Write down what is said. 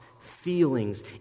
feelings